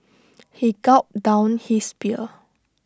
he gulped down his beer